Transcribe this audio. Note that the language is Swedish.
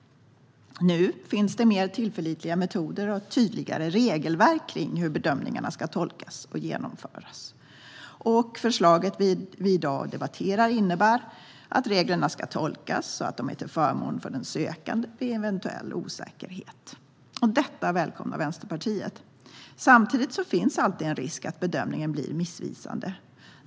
Nu finns det mer tillförlitliga metoder och ett tydligare regelverk för hur bedömningarna ska tolkas och genomföras. Förslaget vi i dag debatterar innebär att reglerna ska tolkas så att de är till förmån för den sökande vid eventuell osäkerhet. Detta välkomnar Vänsterpartiet. Samtidigt finns alltid en risk att bedömningen blir missvisande.